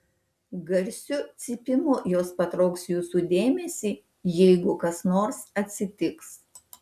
garsiu cypimu jos patrauks jūsų dėmesį jeigu kas nors atsitiks